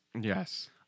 Yes